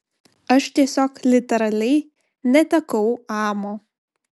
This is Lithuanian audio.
aš tiesiog literaliai netekau amo